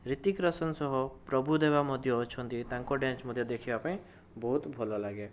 ରୀତିକରୋସନ ସହ ପ୍ରଭୁଦେବା ମଧ୍ୟ ଅଛନ୍ତି ତାଙ୍କ ଡ୍ୟାନ୍ସ ମଧ୍ୟ ଦେଖିବାପାଇଁ ବହୁତ ଭଲଲାଗେ